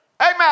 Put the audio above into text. Amen